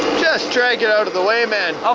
just drag it out of the way, man. oh